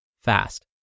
fast